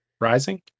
Rising